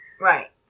Right